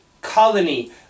colony